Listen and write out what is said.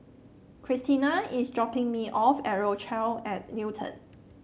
Cristina is dropping me off at Rochelle at Newton